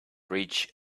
bridge